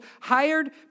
hired